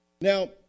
Now